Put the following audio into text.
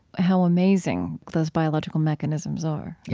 how amazing those biological mechanisms are,